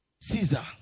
Caesar